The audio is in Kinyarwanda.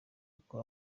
uko